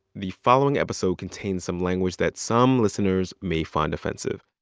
the following episode contains some language that some listeners may find offensive